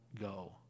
go